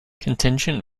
contingent